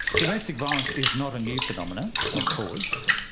domestic violence is not a new phenomenon of course.